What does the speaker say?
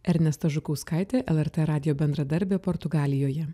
ernesta žukauskaitė lrt radijo bendradarbė portugalijoje